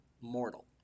mortal